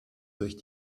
durch